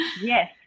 Yes